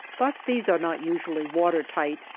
but these are not usually water-tight,